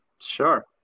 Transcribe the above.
Sure